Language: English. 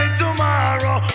tomorrow